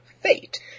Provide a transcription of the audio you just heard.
Fate